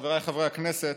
חבריי חברי הכנסת,